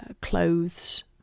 clothes